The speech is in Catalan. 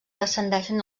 descendeixen